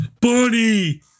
Bunny